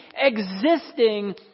existing